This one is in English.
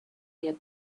yet